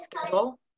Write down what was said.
schedule